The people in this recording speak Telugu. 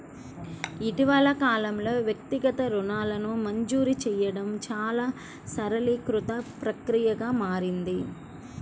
ఇటీవలి కాలంలో, వ్యక్తిగత రుణాలను మంజూరు చేయడం చాలా సరళీకృత ప్రక్రియగా మారింది